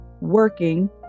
working